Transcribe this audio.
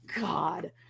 god